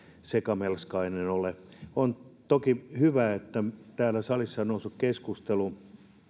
sekamelskainen ole on toki hyvä että täällä salissa on noussut keskustelu